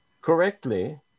correctly